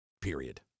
Period